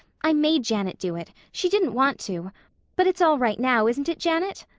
i made janet do it. she didn't want to but it's all right now, isn't it, janet?